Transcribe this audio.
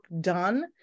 done